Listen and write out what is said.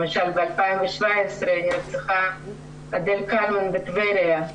למשל ב-2017 נרצחה אדל כרמן בטבריה,